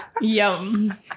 Yum